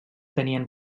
tenien